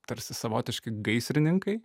tarsi savotiški gaisrininkai